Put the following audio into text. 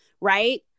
right